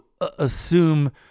assume